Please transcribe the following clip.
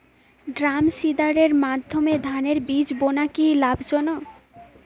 ড্রামসিডারের মাধ্যমে ধানের বীজ বোনা কি লাভজনক?